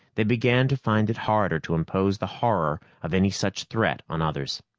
they began to find it harder to impose the horror of any such threat on others.